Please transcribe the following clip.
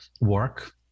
work